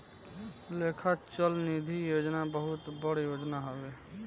लेखा चल निधी योजना बहुत बड़ योजना हवे